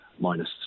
minus